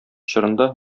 чорында